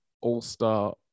all-star